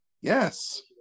Yes